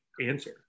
answer